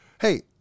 hey